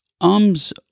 ums